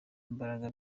imbaraga